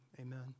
Amen